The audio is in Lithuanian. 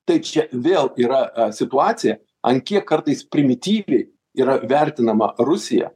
tai čia vėl yra situacija ant kiek kartais primityviai yra vertinama rusija